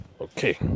Okay